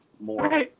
more